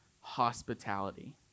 hospitality